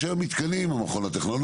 יש היום מתקנים המכון הטכנולוגי,